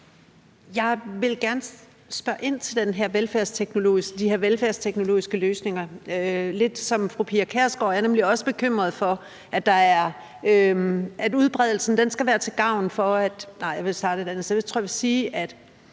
Jeg vil gerne spørge ind til de her velfærdsteknologiske løsninger, for lidt ligesom fru Pia Kjærsgaard er jeg nemlig også bekymret for, at udbredelsen skal være til gavn for ...